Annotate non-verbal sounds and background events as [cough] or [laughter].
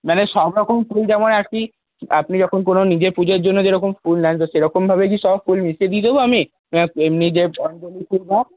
মানে সবরকম ফুল যেমন আর কি আপনি যখন কোনো নিজের পুজোর জন্য যেরকম ফুল লাগবে সেরকমভাবে কি সব ফুল মিশিয়ে দিয়ে দেব আমি না নিজের [unintelligible]